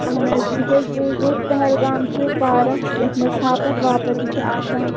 اہن حظ میٚتہِ حظ بوزمُت پہلگام چھِ پارک یَتھ مَنٛز ہاپت واپت تہِ چھِ آسان